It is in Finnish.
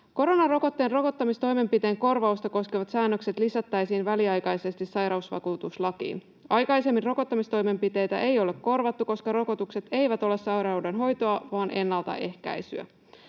Koronarokotteen rokottamistoimenpiteen korvausta koskevat säännökset lisättäisiin väliaikaisesti sairausvakuutuslakiin. Aikaisemmin rokottamistoimenpiteitä ei ole korvattu, koska rokotukset eivät ole sairauden hoitoa vaan ennaltaehkäisyä.